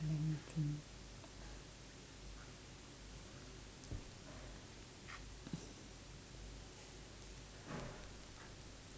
let me think